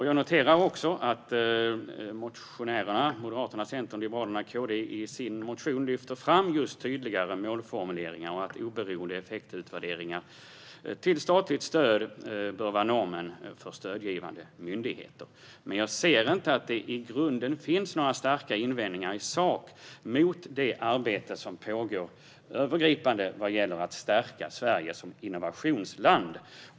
Jag noterar att motionärerna, Moderaterna, Centern, Liberalerna och Kristdemokraterna, i sin motion lyfter fram tydligare målformuleringar och att oberoende effektutvärderingar av statligt stöd bör vara norm för stödgivande myndigheter. Jag ser dock inte att det finns några starka invändningar i sak mot det övergripande arbete som pågår för att stärka Sverige som innovationsland.